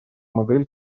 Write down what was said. модель